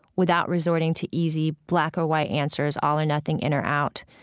without resorting to easy black or white answers, all or nothing, in or out?